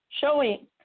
showing